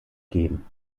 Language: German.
gegeben